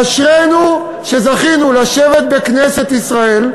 אשרינו שזכינו לשבת בכנסת ישראל,